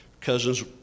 cousins